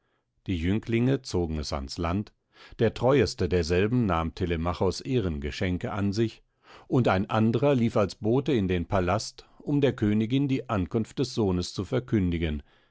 die jünglinge zogen es ans land der treueste derselben nahm telemachos ehrengeschenke an sich und ein andrer lief als bote in den palast um der königin die ankunft des sohnes zu verkündigen